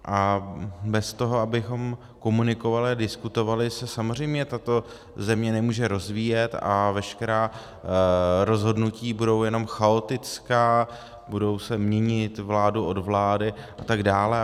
A bez toho, abychom komunikovali a diskutovali, se samozřejmě tato země nemůže rozvíjet a veškerá rozhodnutí budou jenom chaotická, budou se měnit vládou od vlády a tak dále.